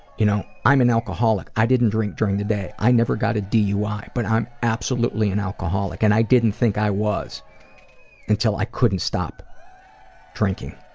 you know an alcoholic, i didn't drink during the day, i never got a dui, but i'm absolutely an alcoholic and i didn't think i was until i couldn't stop drinking,